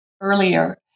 earlier